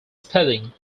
spelling